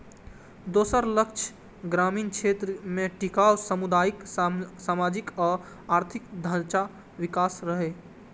दोसर लक्ष्य ग्रामीण क्षेत्र मे टिकाउ सामुदायिक, सामाजिक आ आर्थिक ढांचाक विकास रहै